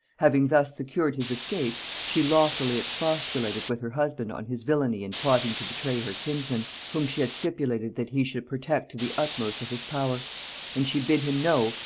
having thus secured his escape, she loftily expostulated with her husband on his villainy in plotting to betray her kinsman, whom she had stipulated that he should protect to the utmost of his power and she bid him know,